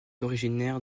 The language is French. originaire